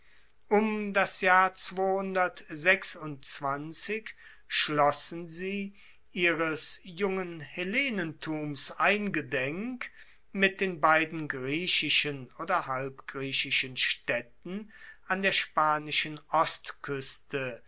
um das jahr schlossen sie ihres jungen hellenentums eingedenk mit den beiden griechischen oder halbgriechischen staedten an der spanischen ostkueste